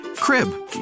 Crib